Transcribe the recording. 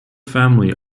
family